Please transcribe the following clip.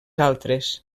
altres